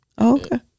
Okay